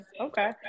Okay